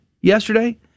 yesterday